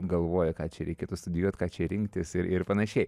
galvoja ką čia reikėtų studijuot ką čia rinktis ir ir panašiai